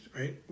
right